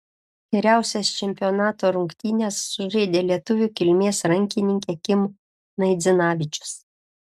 geriausias čempionato rungtynes sužaidė lietuvių kilmės rankininkė kim naidzinavičius